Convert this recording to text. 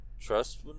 Trust